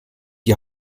die